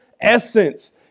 essence